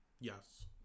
Yes